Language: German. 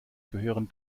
gehören